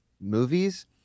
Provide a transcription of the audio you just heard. movies